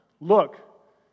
Look